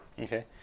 okay